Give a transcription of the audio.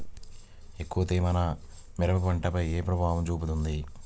ఎక్కువ తేమ నా మిరప పంటపై ఎలా ప్రభావం చూపుతుంది?